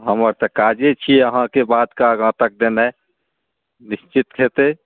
हमर तऽ काजे छियै अहाँके बातकऽ आगाँ तक देनाइ निश्चित हेतै